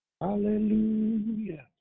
Hallelujah